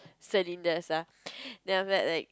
cylinders ah then after that like